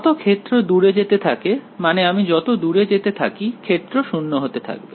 যত ক্ষেত্র দূরে যেতে থাকে মানে আমি যত দূরে যেতে থাকি ক্ষেত্র 0 হতে থাকবে